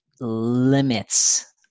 limits